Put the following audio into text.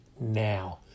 now